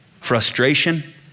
Frustration